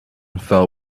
fell